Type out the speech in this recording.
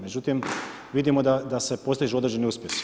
Međutim vidimo da se postižu određeni uspjesi.